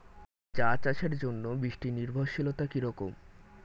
চা চাষের জন্য বৃষ্টি নির্ভরশীলতা কী রকম?